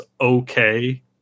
okay